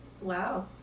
Wow